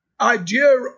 idea